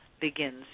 begins